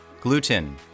Gluten